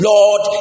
Lord